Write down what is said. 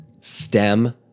stem